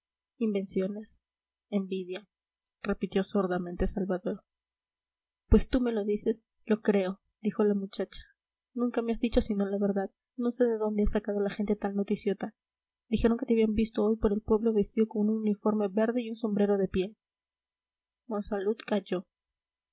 invenciones envidia repitió sordamente salvador pues tú me lo dices lo creo dijo la muchacha nunca me has dicho sino la verdad no sé de dónde ha sacado la gente tal noticiota dijeron que te habían visto hoy por el pueblo vestido con un uniforme verde y un sombrero de piel monsalud calló